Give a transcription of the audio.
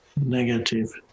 negative